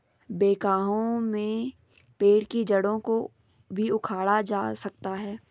backhoe पेड़ की जड़ों को भी उखाड़ सकता है